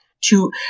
to-